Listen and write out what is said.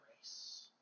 grace